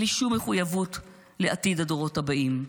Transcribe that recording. בלי שום מחויבות לעתיד הדורות הבאים.